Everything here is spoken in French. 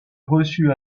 reçu